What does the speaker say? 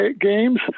games